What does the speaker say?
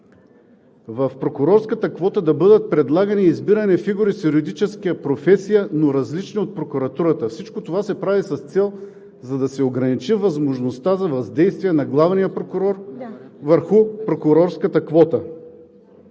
в прокурорската квота да бъдат предлагани и избирани фигури с юридическа професия, различни от Прокуратурата. Всичко това се прави с цел, за да се ограничи възможността за въздействие на главния прокурор върху прокурорската квота.